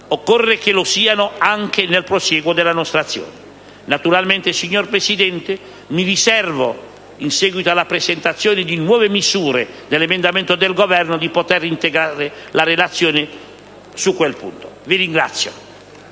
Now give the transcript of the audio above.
Occorre che lo siano anche nel prosieguo della nostra azione. Naturalmente, signor Presidente, mi riservo, in seguito alla presentazione di nuove misure nell'emendamento del Governo, di integrare la relazione su quel punto. Vi ringrazio.